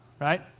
right